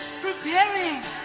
preparing